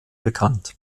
bekannt